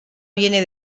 viene